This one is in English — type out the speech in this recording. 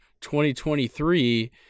2023